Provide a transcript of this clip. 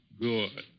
Good